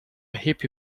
hippie